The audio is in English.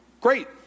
Great